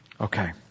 Okay